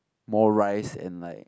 more rice and like